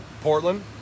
Portland